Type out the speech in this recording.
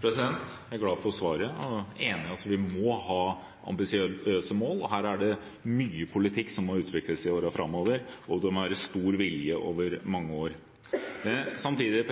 Jeg er glad for svaret og er enig i at vi må ha ambisiøse mål. Her er det mye politikk som må utvikles i årene framover, og det må være stor vilje over mange år. Samtidig: